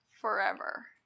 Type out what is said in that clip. forever